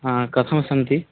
हा कथं सन्ति